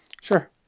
Sure